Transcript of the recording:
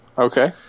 Okay